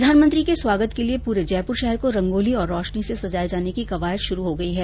प्रधानमंत्री के स्वागत के लिये पूरे जयपुर शहर को रंगोली और रोशनी से सजाये जाने की कवायद शुरू हो गयी है